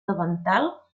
davantal